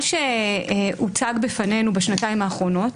מה שהוצג בפנינו בשנתיים האחרונות